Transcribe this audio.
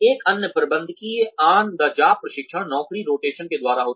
एक अन्य प्रबंधकीय ऑन द जॉब प्रशिक्षण नौकरी रोटेशन के द्वारा होता है